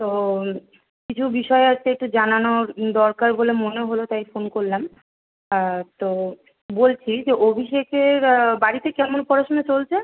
তো কিছু বিষয়ে হচ্ছে একটু জানানোর দরকার বলে মনে হলো তাই ফোন করলাম তো বলছি যে অভিষেকের বাড়িতে কেমন পড়াশোনা চলছে